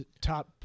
top